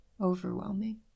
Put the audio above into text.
Overwhelming